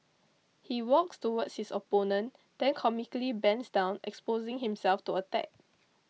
he walks towards his opponent then comically bends down exposing himself to attack